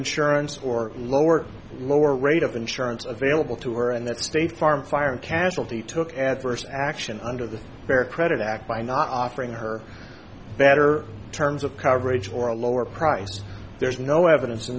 insurance or lower lower rate of insurance available to her and that state farm fire and casualty took adverse action under the fair credit act by not offering her better terms of coverage or a lower price there's no evidence in